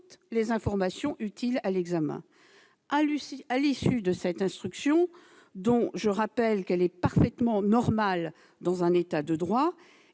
les informations utiles. À l'issue de cette instruction, dont je rappelle qu'elle est parfaitement normale dans un État de droit,